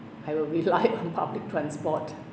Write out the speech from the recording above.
I will rely on public transport